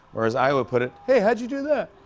or as iowa put it, hey, how'd you do that?